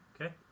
Okay